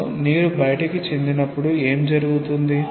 కాబట్టి నీరు బయటికి చిందినప్పుడు ఏమి జరుగుతుంది